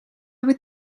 would